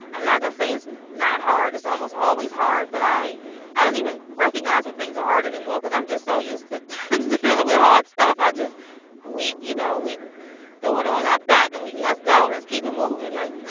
i'm not going to say it's and not hard. it's almost always hard. but i i don't even recognize when things are hard anymore because i'm just so used to dealing with hard stuff. i just you know, we throw it on our back, and we let's go. let's keep it moving. like,